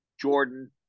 Jordan